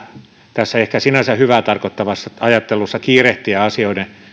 tässä ehkä sinänsä hyvää tarkoittavassa ajattelussa kiirehtiä asioiden